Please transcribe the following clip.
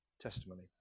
Testimony